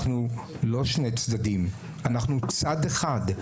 אנחנו לא שני צדדים, אנחנו צד אחד.